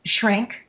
shrink